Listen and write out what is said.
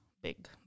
big